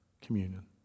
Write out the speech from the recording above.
communion